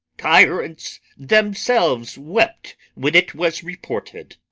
tyrants themselves wept when it was reported.